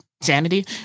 sanity